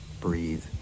breathe